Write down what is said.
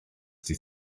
ddydd